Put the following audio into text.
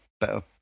better